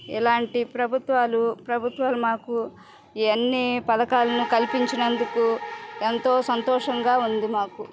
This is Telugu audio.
ఇలాంటి ప్రభుత్వాలు ప్రభుత్వాలు మాకు ఇవన్ని పథకాలను కల్పించినందుకు ఎంతో సంతోషంగా ఉంది మాకు